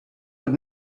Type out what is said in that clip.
but